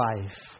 life